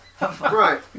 Right